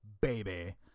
baby